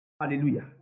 Hallelujah